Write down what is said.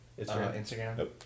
Instagram